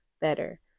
better